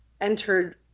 entered